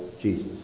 Jesus